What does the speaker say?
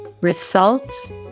results